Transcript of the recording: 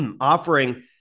offering